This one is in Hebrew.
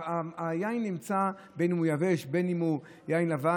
היין נמצא בין אם הוא יבש ובין אם הוא לבן,